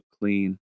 clean